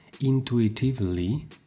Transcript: intuitively